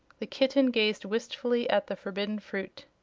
the kitten gazed wistfully at the forbidden fruit.